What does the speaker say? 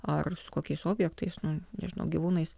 ar su kokiais objektais nu nežinau gyvūnais